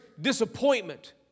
disappointment